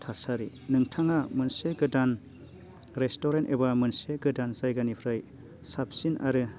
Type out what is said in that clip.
थासारि नोंथाङा मोनसे गोदान रेस्ट'रेन्ट एबा मोनसे गोदान जायगानिफ्राय साबसिन आरो